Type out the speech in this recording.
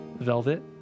Velvet